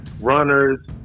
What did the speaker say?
runners